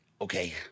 okay